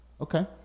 Okay